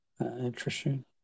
Interesting